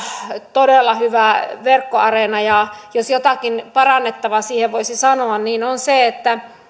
todella hyvä verkkoareena ja ja jos jotakin parannettavaa siihen voisi sanoa niin se on se että